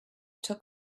took